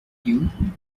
dune